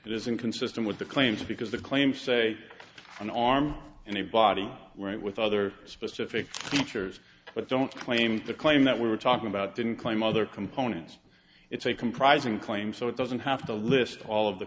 inconsistent with the claims because the claims say an arm and a body right with other specific features but don't claim the claim that we were talking about didn't claim other components it's a comprising claim so it doesn't have to list all of the